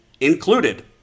included